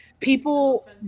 People